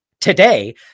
today